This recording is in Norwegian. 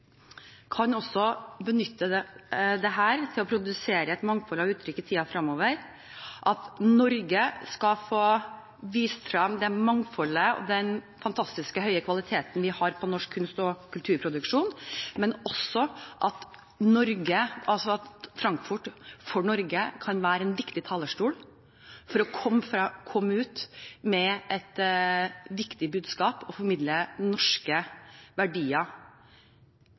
også kan benytte dette til å produsere et mangfold av uttrykk i tiden fremover, at Norge skal få vist frem det mangfoldet og den fantastiske, høye kvaliteten vi har på norsk kunst- og kulturproduksjon, men også at Frankfurt kan være en viktig talerstol for Norge når det gjelder å komme ut med et viktig budskap og formidle norske verdier